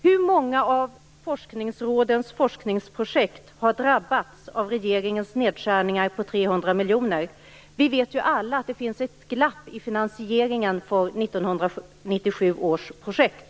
Hur många av forskningsrådens forskningsprojekt har drabbats av regeringens nedskärningar på 300 miljoner? Vi vet alla att det finns ett glapp i finansieringen för 1997 års projekt.